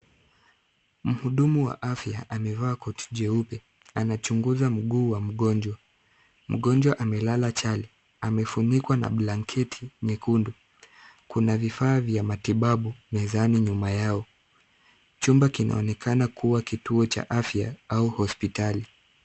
Mhudumu wa afya amevaa koti jeupe. Anachunguza mguu wa mgonjwa. Mgonjwa amelala chali. Amefunikwa na blanketi nyekundu. Kuna vifaa vya matibabu mezani nyuma yao. Chumba kinaonekana kuwa kituo cha afya au hospitali.